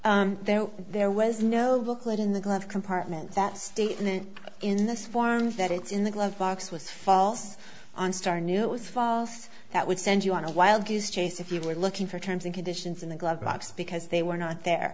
both there was no booklet in the glove compartment that statement in this form that it's in the glove box was false on star knew it was false that would send you on a wild goose chase if you were looking for terms and conditions in the glove box because they were not there